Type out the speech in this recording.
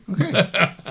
Okay